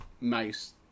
nice